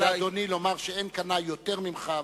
הייתי מציע לאדוני לומר שאין קנאי יותר ממך,